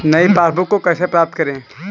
नई पासबुक को कैसे प्राप्त करें?